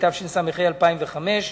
התשס"ה 2005,